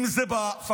אם זה בפקולטות,